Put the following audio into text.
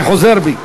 אני חוזר בי.